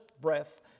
breath